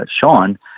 Sean